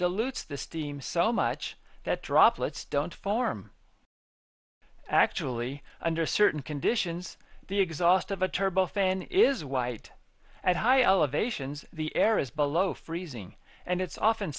dilutes the steam so much that droplets don't form actually under certain conditions the exhaust of a turbofan is white at high elevations the air is below freezing and it's often